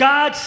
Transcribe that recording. God